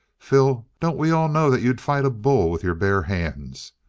phil, don't we all know that you'd fight a bull with your bare hands?